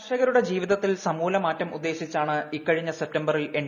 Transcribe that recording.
കർഷകരൂടെ ജീവിതത്തിൽ സമൂലമാറും ഉദ്ദേശിച്ചാണ് ഇക്കഴിഞ്ഞ സെപ്റ്റംബറിൽ എൻ